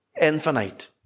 infinite